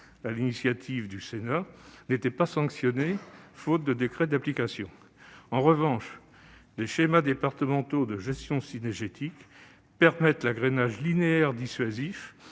de l'environnement, mais n'est pas sanctionnée, à défaut de décret d'application. En revanche, les schémas départementaux de gestion cynégétique permettent l'agrainage linéaire dissuasif